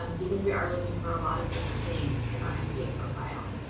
um because we are looking for a lot of different things in our and mba profile.